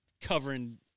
covering